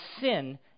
sin